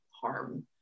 harm